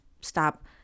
stop